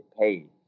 paid